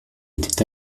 était